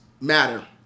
matter